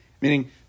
Meaning